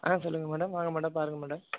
சொல்லுங்கள் மேடம் வாங்க மேடம் பாருங்கள் மேடம்